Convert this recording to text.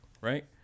right